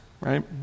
right